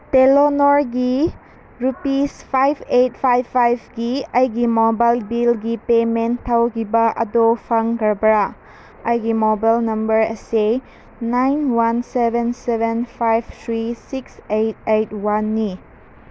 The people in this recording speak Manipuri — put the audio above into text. ꯇꯦꯂꯦꯅꯔꯒꯤ ꯔꯨꯄꯤꯁ ꯐꯥꯏꯚ ꯑꯩꯠ ꯐꯥꯏꯚ ꯐꯥꯏꯚꯀꯤ ꯑꯩꯒꯤ ꯃꯣꯕꯥꯏꯜ ꯕꯤꯜꯒꯤ ꯄꯦꯃꯦꯟ ꯇꯧꯈꯤꯕ ꯑꯗꯨ ꯐꯪꯈ꯭ꯔꯕꯔꯥ ꯑꯩꯒꯤ ꯃꯣꯕꯥꯏꯜ ꯅꯝꯕꯔ ꯑꯁꯤ nine one seven seven five three six eight eight ꯋꯥꯟꯅꯤ